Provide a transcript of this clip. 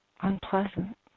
unpleasant